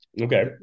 Okay